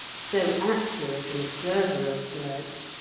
so accurate an observer of birds,